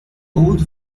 old